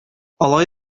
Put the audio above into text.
алай